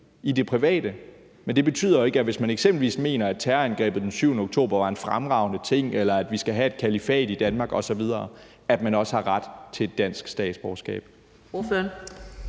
i det private, men det betyder ikke, at man, hvis man eksempelvis mener, at terrorangrebet den 7. oktober var en fremragende ting, eller at vi skal have et kalifat i Danmark osv., også har ret til et dansk statsborgerskab.